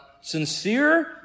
sincere